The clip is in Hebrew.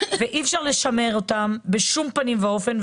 אי אפשר לשמר אותם בשום פנים ואופן,